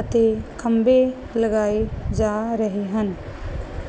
ਅਤੇ ਖੰਬੇ ਲਗਾਏ ਜਾ ਰਹੇ ਹਨ